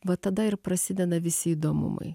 va tada ir prasideda visi įdomumai